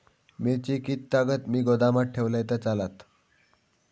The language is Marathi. मिरची कीततागत मी गोदामात ठेवलंय तर चालात?